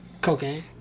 Cocaine